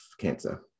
cancer